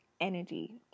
energy